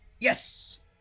Yes